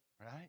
Right